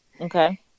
Okay